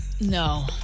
No